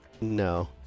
No